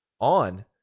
on